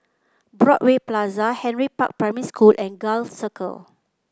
Broadway Plaza Henry Park Primary School and Gul Circle